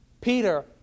Peter